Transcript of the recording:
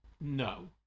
No